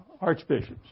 archbishops